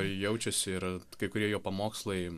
jaučiasi ir kai kurie jo pamokslai